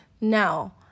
Now